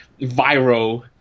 viral